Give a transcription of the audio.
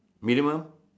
minimum